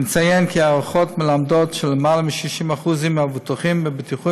נציין כי ההערכות מלמדות שלמעלה מ-60% מהמבוטחים בביטוחים